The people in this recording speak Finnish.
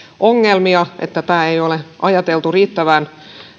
ongelmia että tätä ei ole ajateltu riittävän